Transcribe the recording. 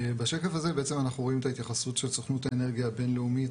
בשקף הזה אנחנו רואים את ההתייחסות של סוכנות האנרגיה הבין-לאומית